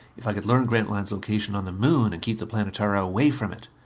if i could learn grantline's location on the moon, and keep the planetara away from it.